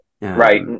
Right